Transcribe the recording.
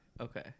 Okay